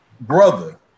brother